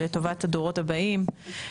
ולטובת הדורות הבאים.